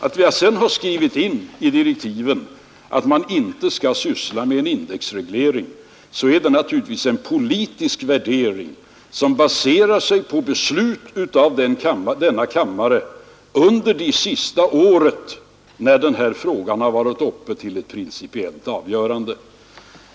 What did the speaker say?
Att vi sedan skrivit in i direktiven att utredningen inte skall syssla med frågan om indexreglering beror naturligtvis på en politisk värdering som baserar sig på det beslut som riksdagen fattade då denna fråga senast var uppe till principiellt avgörande.